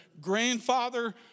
grandfather